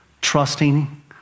trusting